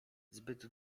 zbyt